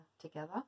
together